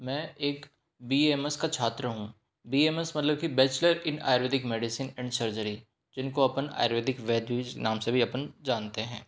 मैं एक B A M S का छात्र हूँ बी ए एम एस मतलब की bachelor in Ayurvedic medicine and surgery जिनको अपन आयुर्वेदिक वैद्य इस नाम से भी अपन जानते हैं